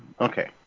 Okay